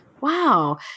Wow